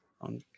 on